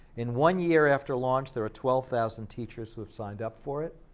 in one year after launch, there are twelve thousand teachers who have signed up for it.